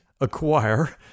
acquire